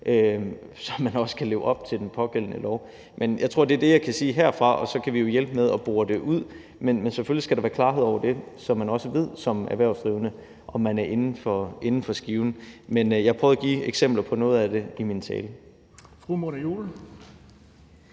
så man også kan leve op til den pågældende lov, men jeg tror, det er det, jeg kan sige herfra, og så kan vi jo hjælpe med at bore det ud. Men selvfølgelig skal der være klarhed over det, så man som erhvervsdrivende også ved, om man er inden for skiven. Men jeg prøvede at give eksempler på noget af det i min tale.